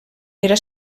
era